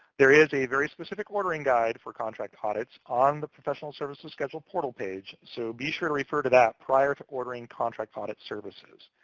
there is a very specific ordering guide for contract audits on the professional services schedule portal page. so be sure to refer to that prior to ordering contract audit services.